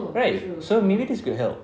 right so maybe this could help